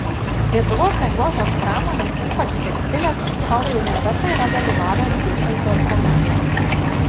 lietuvos lengvosios pramonės ypač tekstilės atstovai jau ne kartą yra dalyvavę diuseldorfo mugėse